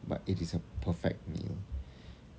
but it is a perfect meal